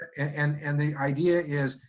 and and the idea is,